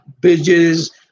bridges